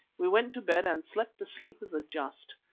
we went to bed and slept the sleep of the just.